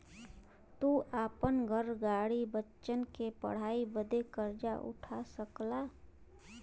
तू आपन घर, गाड़ी, बच्चन के पढ़ाई बदे कर्जा उठा सकला